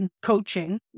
coaching